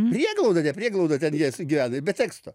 prieglaudą ne prieglaudą ten gyvena ir be teksto